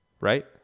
right